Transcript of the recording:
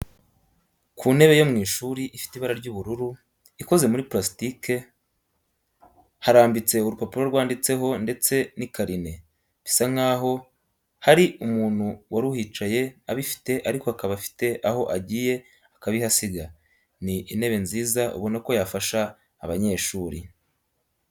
Ku ntebe yo mu ishuri ifite ibara ry'ubururu, ikoze muri purasitike harambitse urupapuro rwanditseho ndetse n'ikarine. Bisa nkaho hari umuntu wari uhicaye abifite ariko akaba afite aho agiye akabihasiga. Ni intebe nziza ubona ko yafasha abanyeshuri.